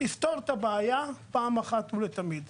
וזה יפתור את הבעיה פעם אחת ולתמיד.